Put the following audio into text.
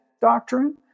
doctrine